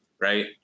right